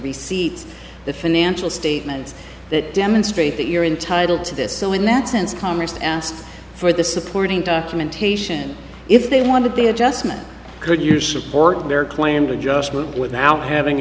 receipts the financial statements that demonstrate that you're entitle to this so in that sense congress asked for the supporting documentation if they wanted the adjustment could you support their claim to just move without having